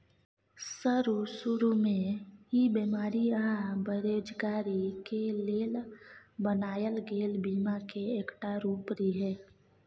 शरू शुरू में ई बेमारी आ बेरोजगारी के लेल बनायल गेल बीमा के एकटा रूप रिहे